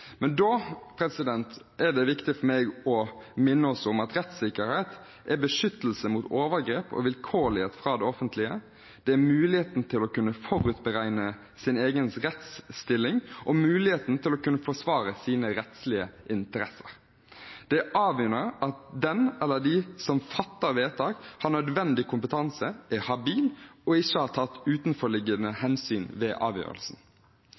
Men da er det viktig for meg å minne om at rettssikkerhet er beskyttelse mot overgrep og vilkårlighet fra det offentlige. Det er muligheten til å kunne forutberegne sin egen rettsstilling og muligheten til å kunne forsvare sine rettslige interesser. Det er avgjørende at den eller de som fatter vedtak, har nødvendig kompetanse, er habil og ikke har tatt utenforliggende hensyn ved avgjørelsen.